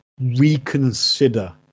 reconsider